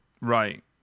Right